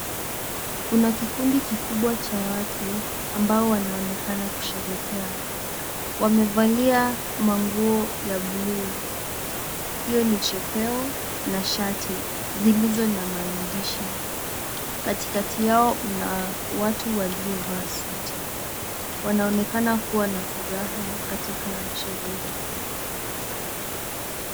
Kuna kikundi kikubwa cha watu ambao wanaonekana kusheherekea. Wamevalia manguo ya buluu hiyo ni chepeo na shati zilizo na maandishi. Katikati yao mna watu waliovaa suti wanaonekana kuwa na furaha katika sherehe hizi.